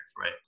right